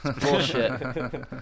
Bullshit